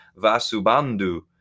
Vasubandhu